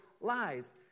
lies